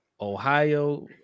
Ohio